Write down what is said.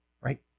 right